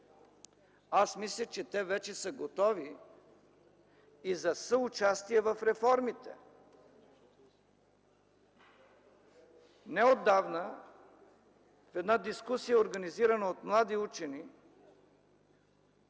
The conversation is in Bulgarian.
Мисля, че те вече са готови и за съучастие в реформите. Неотдавна в дискусия, организирана от млади учени,